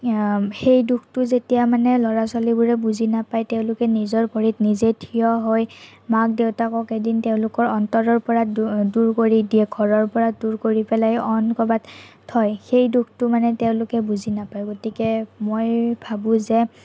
সেই দুখটো যেতিয়া মানে ল'ৰা ছোৱালীবোৰে বুজি নাপায় তেওঁলোকে নিজৰ ভৰিত নিজে থিয় হৈ মাক দেউতাকক এদিন তেওঁলোকৰ অন্তৰৰ পৰা দূৰ কৰি দিয়ে ঘৰৰ পৰা দূৰ কৰি পেলাই অইন ক'ৰবাত থয় সেই দুখটো মানে তেওঁলোকে বুজি নাপায় গতিকে মই ভাবোঁ যে